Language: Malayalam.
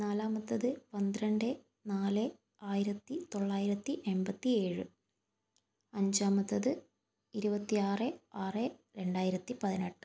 നാലമത്തേത് പന്ത്രണ്ട് നാല് ആയിരത്തിത്തൊള്ളായിരത്തി എൺപത്തി ഏഴ് അഞ്ചാമത്തേത് ഇരുപത്തി ആറ് ആറ് രണ്ടായിരത്തി പതിനെട്ട്